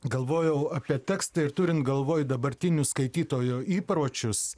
galvojau apie tekstą ir turint galvoj dabartinius skaitytojo įpročius